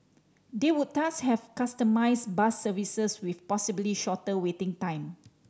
they would thus have customised bus services with possibly shorter waiting time